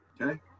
okay